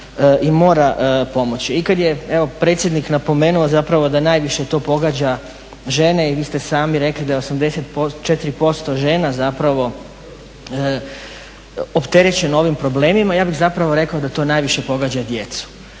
I kad je evo predsjednik napomenu zapravo da najviše to pogađa žene, i vi ste sami rekli da je 84% žena zapravo opterećeno ovim problemima. Ja bih zapravo rekao da to najviše pogađa djecu